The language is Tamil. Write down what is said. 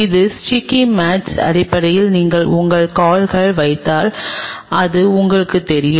இது ஸ்டிக்கி மேட்ஸ் அடிப்படையில் நீங்கள் உங்கள் கால்களை வைத்தால் அது உங்களுக்குத் தெரியும்